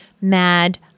mad